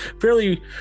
fairly